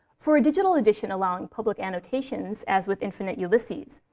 for a digital edition allowing public annotations, as with infinite ulysses,